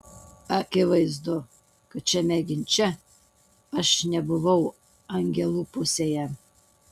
akivaizdu kad šiame ginče aš nebuvau angelų pusėje